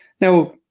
Now